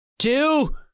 two